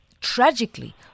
tragically